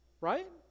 right